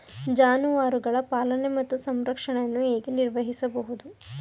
ಜಾನುವಾರುಗಳ ಪಾಲನೆ ಮತ್ತು ಸಂರಕ್ಷಣೆಯನ್ನು ಹೇಗೆ ನಿರ್ವಹಿಸಬಹುದು?